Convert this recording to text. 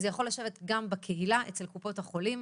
זה יכול לשבת גם בקהילה אצל קופות החולים,